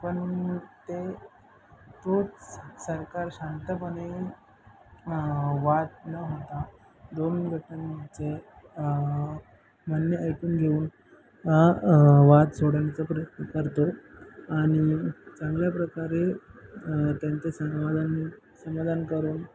पण ते तोच सरकार शांतपणे वाद न होता दोन गटांचे मान्य ऐकून घेऊन वाद सोडण्याचा प्रयत्न करतो आणि चांगल्या प्रकारे त्यांचं समाधान समाधान करून